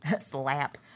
slap